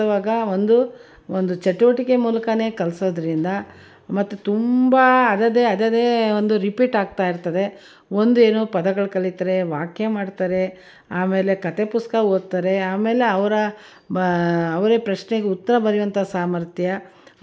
ಕಲಿಸುವಾಗ ಒಂದು ಒಂದು ಚಟುವಟಿಕೆ ಮೂಲಕನೆ ಕಲಿಸೋದ್ರಿಂದ ಮತ್ತು ತುಂಬ ಅದದೇ ಅದದೇ ಒಂದು ರಿಪೀಟ್ ಆಗ್ತಾ ಇರ್ತದೆ ಒಂದೇನು ಪದಗಳು ಕಲಿತರೆ ವಾಕ್ಯ ಮಾಡ್ತಾರೆ ಆಮೇಲೆ ಕತೆ ಪುಸ್ತಕ ಓದ್ತಾರೆ ಆಮೇಲೆ ಅವರ ಬ ಅವರೇ ಪ್ರಶ್ನೆಗೆ ಉತ್ತರ ಬರೆಯುವಂಥ ಸಾಮರ್ಥ್ಯ